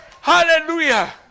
Hallelujah